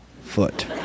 foot